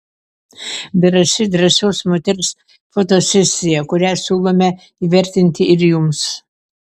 drąsi drąsios moters fotosesija kurią siūlome įvertinti ir jums